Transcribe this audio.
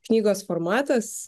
knygos formatas